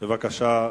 בבקשה,